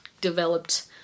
developed